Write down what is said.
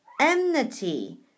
enmity